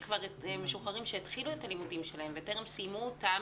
משוחררים שהתחילו את לימודיהם וטרם סיימו אותם,